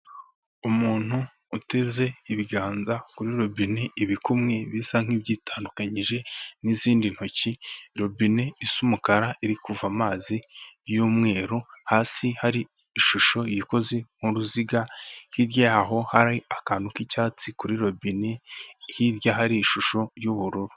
Umuntu uteze ibiganza kuri robine ibikumwe bisa nk'ibyitandukanyije n'izindi ntoki. Robine isa umukara irikuva amazi y'umweru. Hasi hari ishusho ikoze nk'uruziga. Hirya yaho hari akantu k'icyatsi kuri robine. Hirya hari ishusho y'ubururu.